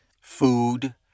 Food